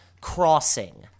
crossing